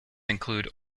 include